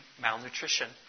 malnutrition